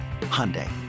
Hyundai